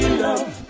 love